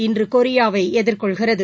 இன்று கொரியாவை எதிர்கொள்கிறது